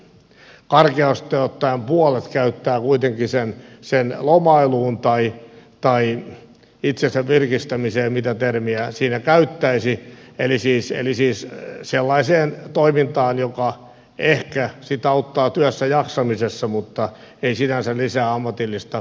karkeasti ottaen puolet käyttää kuitenkin sen lomailuun tai itsensä virkistämiseen mitä termiä siinä käyttäisi eli siis sellaiseen toimintaan joka ehkä sitten auttaa työssäjaksamisessa mutta ei sinänsä lisää ammatillista osaamista